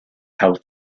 help